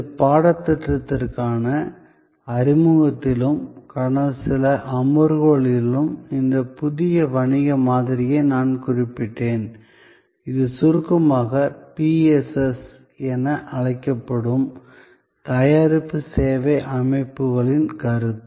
இந்த பாடத்திட்டத்திற்கான அறிமுகத்திலும் கடந்த சில அமர்வுகளிலும் இந்த புதிய வணிக மாதிரியை நான் குறிப்பிட்டேன் இது சுருக்கமாக PSS என அழைக்கப்படும் தயாரிப்பு சேவை அமைப்புகளின் கருத்து